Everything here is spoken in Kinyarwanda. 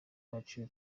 wacu